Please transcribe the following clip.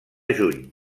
juny